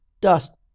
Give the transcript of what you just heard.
dust